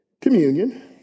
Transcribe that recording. communion